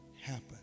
happen